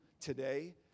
today